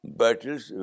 battles